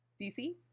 DC